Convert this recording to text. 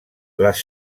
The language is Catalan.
les